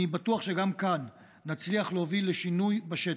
אני בטוח שגם כאן נצליח להוביל לשינוי בשטח.